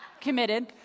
Committed